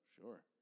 Sure